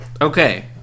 okay